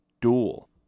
duel